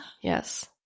Yes